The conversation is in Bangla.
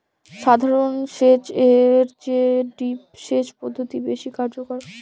সাধারণ সেচ এর চেয়ে ড্রিপ সেচ পদ্ধতি বেশি কার্যকর